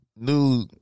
new